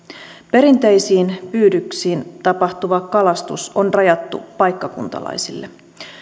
perinteisin pyydyksin tapahtuva kalastus on rajattu paikkakuntalaisille